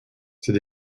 c’est